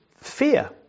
fear